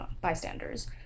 bystanders